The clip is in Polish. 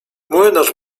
młynarz